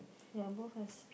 ya both has